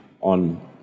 on